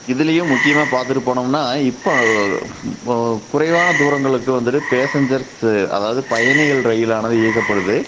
இதுலேயும் முக்கியமாக பார்த்துட்டு போனோம்னா இப்போ இப்போ குறைவான தூரங்களுக்கு வந்துட்டு பேஸ்சன்ஜர்ஸு அதாவது பயணிகள் ரயிலானது இயக்கப்படுது